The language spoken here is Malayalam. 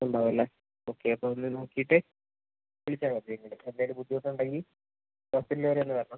ഉണ്ടാകും അല്ലേ ഓക്കെ അപ്പോൾ ഒന്ന് നോക്കിട്ട് വിളിച്ചാൽ മതി എന്തെങ്കിലും ബുദ്ധിമുട്ട് ഉണ്ടെങ്കിൽ ഹോസ്പിറ്റൽ വരെ ഒന്ന് വരണം